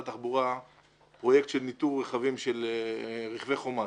התחבורה פרויקט של ניתור רכבים של רכבי החומ"ס.